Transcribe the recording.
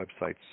websites